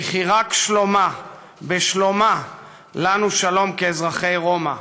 וכי רק בשלומה לנו שלום כאזרחי רומא.